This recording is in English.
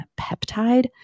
peptide